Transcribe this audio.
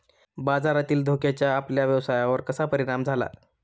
बाजारातील धोक्याचा आपल्या व्यवसायावर कसा परिणाम झाला?